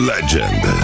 Legend